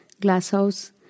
glasshouse